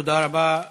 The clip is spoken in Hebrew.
תודה רבה.